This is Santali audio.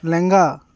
ᱞᱮᱸᱜᱟ